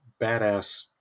badass